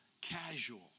casual